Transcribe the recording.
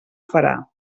farà